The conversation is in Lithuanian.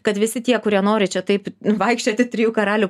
kad visi tie kurie nori čia taip vaikščioti trijų karalių